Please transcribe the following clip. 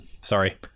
sorry